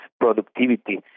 productivity